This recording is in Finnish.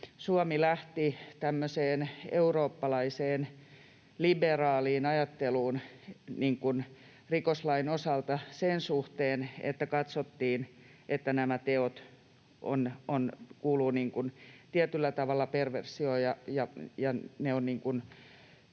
tämmöiseen eurooppalaiseen liberaaliin ajatteluun rikoslain osalta sen suhteen, että katsottiin, että nämä teot kuuluvat tietyllä tavalla perversioon